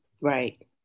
Right